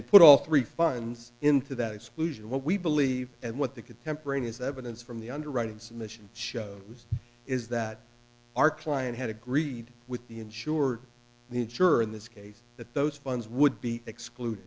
they put all three funds into that exclusion what we believe and what the contemporaneous evidence from the underwriting submission shows is that our client had agreed with the insured the juror in this case that those funds would be exclude